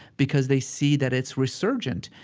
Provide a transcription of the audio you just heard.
because they see that it's resurgent.